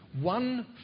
One